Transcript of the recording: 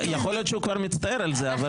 יכול להיות שהוא כבר מצטער על זה, אבל הוא כן.